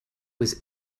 was